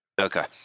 okay